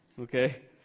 Okay